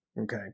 Okay